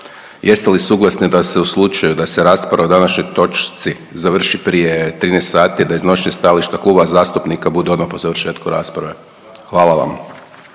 jeste li suglasni da se u slučaju, da se rasprava o današnjoj točci završi prije 13 sati, da iznošenje stajališta klubova zastupnika bude odmah po završetku rasprave? Hvala vam.